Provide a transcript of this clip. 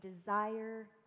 desire